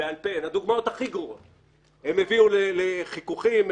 הן הביאו לחיכוכים,